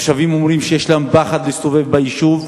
התושבים אומרים שיש להם פחד להסתובב ביישוב,